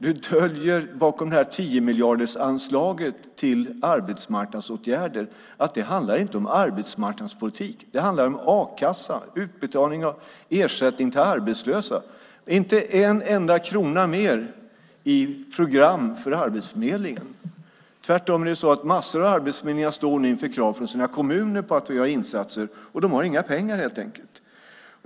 Du döljer bakom 10 miljardersanslaget till arbetsmarknadsåtgärder att det inte handlar om arbetsmarknadspolitiken. Det handlar om a-kassa och utbetalning av ersättning till arbetslösa. Det är inte en enda krona mer till program för Arbetsförmedlingen. Tvärtom är det så att massor av arbetsförmedlingar nu står inför krav från sina kommuner att göra insatser, och de har helt enkelt inga pengar.